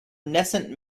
knesset